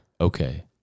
Okay